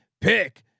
Pick